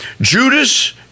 Judas